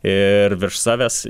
ir virš savęs